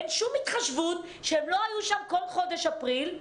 אין שום התחשבות שהם לא היו שם כל חודש אפריל,